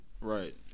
Right